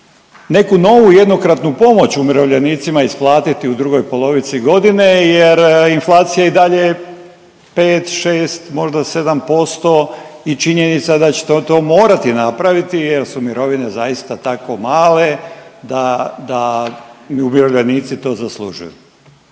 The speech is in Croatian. neku novu jednokratnu pomoć umirovljenicima isplatiti u drugoj polovici godine jer inflacija i dalje 5, 6 možda 7% i činjenica da ćete to morati napraviti jer su mirovine zaista tako male, da, da i umirovljenici to zaslužuju.